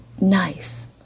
nice